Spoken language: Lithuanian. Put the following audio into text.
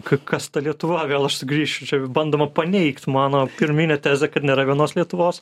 ka kas ta lietuva vėl aš sugrįšiu čia bandoma paneigt mano pirminė tezė kad nėra vienos lietuvos